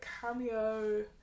cameo